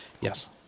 yes